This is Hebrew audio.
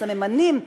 הסממנים,